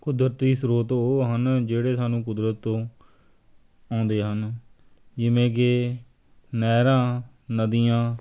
ਕੁਦਰਤੀ ਸਰੋਤ ਉਹ ਹਨ ਜਿਹੜੇ ਸਾਨੂੰ ਕੁਦਰਤ ਤੋਂ ਆਉਂਦੇ ਹਨ ਜਿਵੇਂ ਕਿ ਨਹਿਰਾਂ ਨਦੀਆਂ